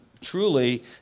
truly